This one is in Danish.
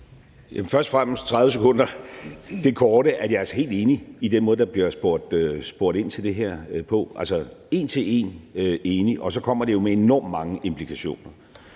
Først og fremmest vil jeg på 30 sekunder komme med det korte svar, at jeg er helt enig i den måde, der bliver spurgt ind til det her på, altså en til en enig. Så kommer det jo med enormt mange implikationer,